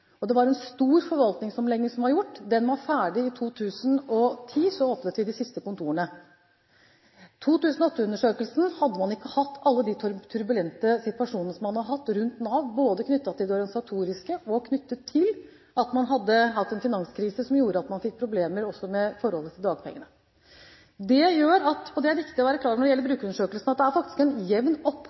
Det er en stor forvaltningsomlegging som er gjort – den var ferdig i 2010, da åpnet vi de siste kontorene. I 2008-undersøkelsen hadde man ikke hatt alle de turbulente situasjonene som man nå har hatt rundt Nav, både knyttet til det organisatoriske og knyttet til en finanskrise som gjorde at man fikk problemer også når det gjaldt dagpengene. Det gjør – og det er det viktig å være klar over når det gjelder brukerundersøkelsen – at det har faktisk vært en jevn